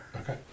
Okay